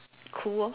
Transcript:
cool orh